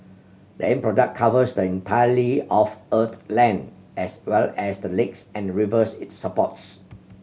the end product covers the entirety of Earth's land as well as the lakes and rivers it supports